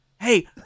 hey